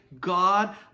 God